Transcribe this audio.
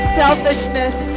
selfishness